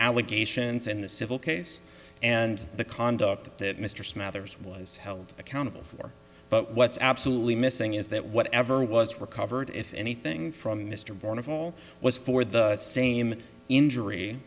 allegations in the civil case and the conduct that mr smathers was held accountable for but what's absolutely missing is that whatever was recovered if anything from mr borne of all was for the same injury